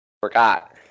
Forgot